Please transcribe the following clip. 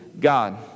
God